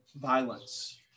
violence